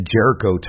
Jericho